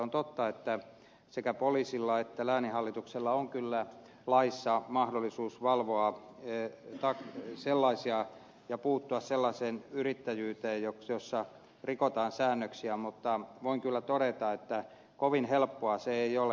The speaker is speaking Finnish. on totta että sekä poliisilla että lääninhallituksella on kyllä laissa mahdollisuus valvoa ja puuttua sellaiseen yrittäjyyteen jossa rikotaan säännöksiä mutta voin kyllä todeta että kovin helppoa se ei ole